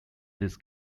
this